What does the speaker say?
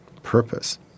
Purpose